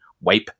wipe